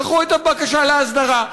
דחו את הבקשה להסדרה.